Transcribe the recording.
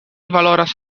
valoras